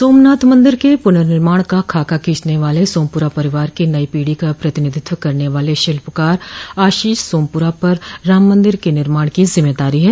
सोमनाथ मन्दिर के पुननिर्माण का खाका खींचने वाले सोमपुरा परिवार के नई पीढ़ी का प्रतिनिधित्व करने वाले शिल्पकार आशीष सोमपुरा पर अयोध्या में बनने वाले राम मन्दिर के निर्माण की जिम्मेदारी है